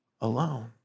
alone